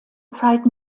zeit